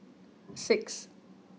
six